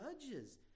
judges